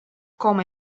come